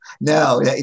No